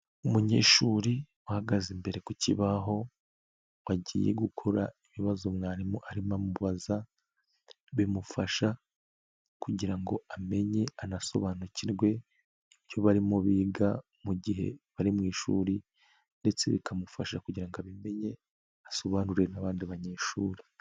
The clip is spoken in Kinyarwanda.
Umunyeshuri uhagaze imbere ku kibaho, wagiye gu gukora ibibazo mwarimu arimo amubaza, bimufasha kugira ngo amenye anasobanukirwe ibyo barimo biga mu gihe bari mu ishuri ndetse bikamufasha kugira ngo abimenye, asobanure n'abandi banyeshuri.